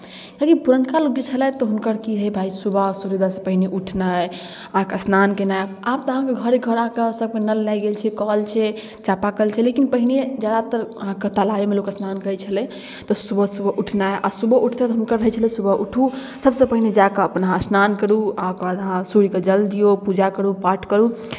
किएकि पुरनका लोक जे छलथि तऽ हुनकर की रहय भाय सुबह सूर्योदयसँ पहिने उठनाइ अहाँकेँ स्नान कएनाइ आब तऽअहाँकेँ घरे घर अहाँके सभकेँ नल लागि गेल छै कल छै चापाकल छै लेकिन पहिने ज्यादातर अहाँकेँ तालाबेमे लोक स्नान करैत छलय तऽ सुबह सुबह उठनाइ आ सुबह उठिते हुनकर रहैत छलय सुबह उठू सभसँ पहिने जा कऽ अपन अहाँ स्नान करू आ ओकर बाद अहाँ सूर्यकेँ जल दिऔ पूजा करू पाठ करू